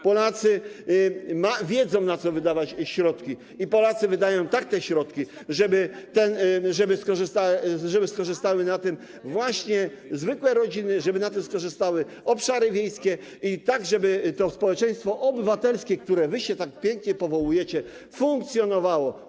Polacy wiedzą, na co wydawać środki, i Polacy wydają te środki tak, żeby skorzystały na tym właśnie zwykłe rodziny, żeby na tym skorzystały obszary wiejskie, i tak, żeby to społeczeństwo obywatelskie, na które wy się tak pięknie powołujecie, funkcjonowało.